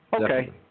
Okay